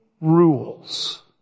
rules